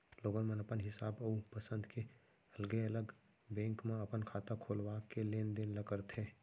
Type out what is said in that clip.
लोगन मन अपन हिसाब अउ पंसद के अलगे अलग बेंक म अपन खाता खोलवा के लेन देन ल करथे